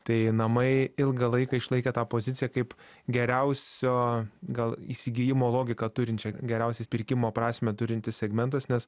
tai namai ilgą laiką išlaikė tą poziciją kaip geriausio gal įsigijimo logiką turinčią geriausią pirkimo prasmę turintis segmentas nes